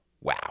wow